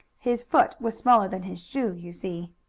his foot was smaller than his shoe, you see.